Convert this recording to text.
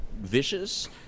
vicious